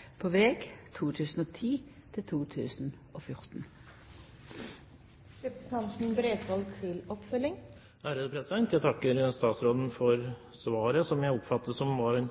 Jeg takker statsråden for svaret, som jeg oppfatter som en